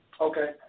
Okay